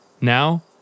now